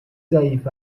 ضعیف